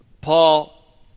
Paul